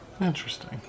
Interesting